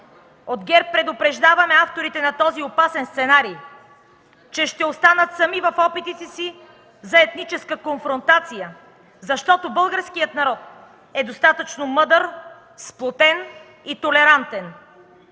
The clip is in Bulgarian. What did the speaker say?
От ГЕРБ предупреждаваме авторите на този опасен сценарий, че ще останат сами в опитите си за етническа конфронтация, защото българският народ е достатъчно мъдър, сплотен и толерантен!